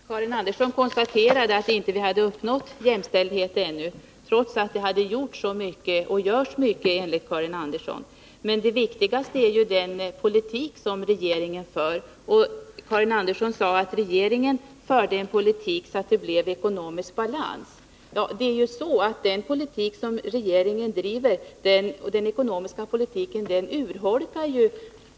Herr talman! Karin Andersson konstaterade att vi ännu inte uppnått jämställdhet, trots att det enligt Karin Andersson gjorts och görs så mycket. Men det viktigaste är den politik som regeringen för. Karin Andersson sade att regeringen för en politik som är ägnad att åstadkomma ekonomisk balans. Men den ekonomiska politik som regeringen driver urholkar ju